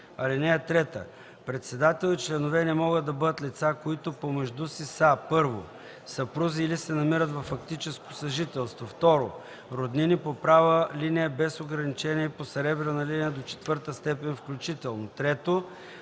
длъжност. (3) Председател и членове не могат да бъдат лица, които помежду си са: 1. съпрузи или се намират във фактическо съжителство; 2. роднини по права линия без ограничения и по съребрена линия до четвърта степен включително; 3.